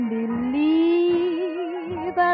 believe